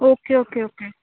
okay okay okay